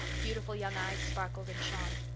beautiful young eyes sparkled and shone.